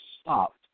stopped